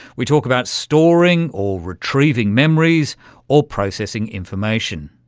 we talk about storing or retrieving memories or processing information.